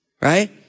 Right